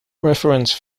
reference